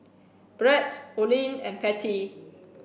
Brett Oline and Pattie